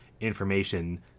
information